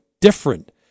different